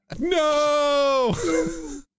No